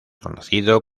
conocido